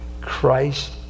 Christ